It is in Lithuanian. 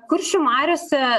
kuršių mariose